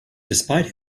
despite